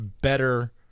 better